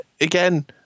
again